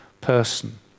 person